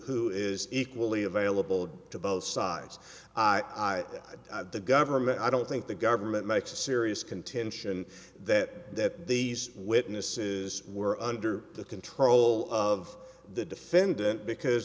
who is equally available to both sides the government i don't think the government makes a serious contention that these witnesses were under the control of the defendant because